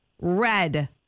Red